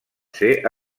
ser